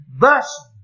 thus